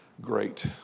great